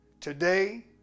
today